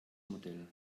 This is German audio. modell